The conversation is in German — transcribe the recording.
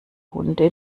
hunde